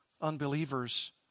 unbelievers